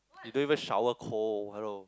you don't even shower cold hello